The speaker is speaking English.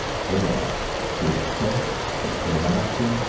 there the expense, the formality,